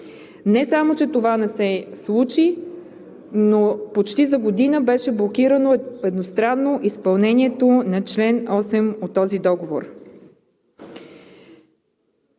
Не само че това не се случи, но почти за година едностранно беше блокирано изпълнението на чл. 8 от този договор.